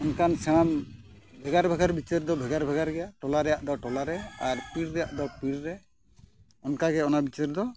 ᱤᱱᱠᱟᱹ ᱥᱮᱬᱟ ᱵᱷᱮᱜᱟᱨ ᱵᱷᱮᱜᱟᱨ ᱵᱤᱪᱟᱹᱨ ᱫᱚ ᱵᱷᱮᱜᱟᱨ ᱵᱷᱮᱜᱟᱨ ᱜᱮᱭᱟ ᱴᱚᱞᱟ ᱨᱮᱭᱟᱜ ᱫᱚ ᱴᱚᱞᱟᱨᱮ ᱟᱨ ᱯᱤᱲ ᱨᱮᱭᱟᱜ ᱫᱚ ᱯᱤᱲ ᱨᱮ ᱚᱱᱠᱟ ᱜᱮ ᱚᱱᱟ ᱵᱤᱪᱟᱹᱨ ᱫᱚ